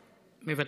-- מוותרת.